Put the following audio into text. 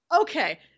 okay